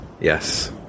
Yes